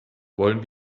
wollen